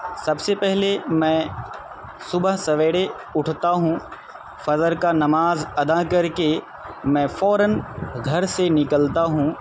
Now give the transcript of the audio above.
سب سے پہلے میں صبح راٹھتا ہوں فجر کا نماز ادا کر کے میں فوراً گھر سے نکلتا ہوں